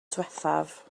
diwethaf